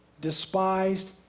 despised